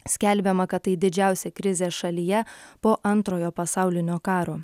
skelbiama kad tai didžiausia krizė šalyje po antrojo pasaulinio karo